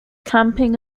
camping